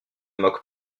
moque